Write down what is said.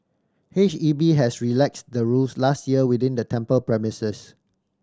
H E B has relaxed the rules last year within the temple premises